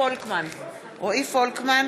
אינו נוכח רועי פולקמן,